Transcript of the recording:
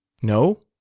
no?